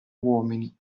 uomini